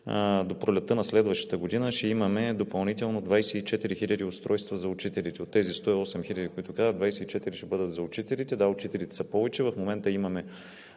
до пролетта на следващата година ще имаме допълнително 24 хиляди устройства за учителите. От тези 108 хиляди, за които казах, 24 ще бъдат за учителите. Да, учителите са повече, в момента имаме